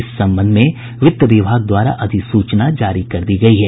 इस संबंध में वित्त विभाग द्वारा अधिसूचना जारी कर दी गई है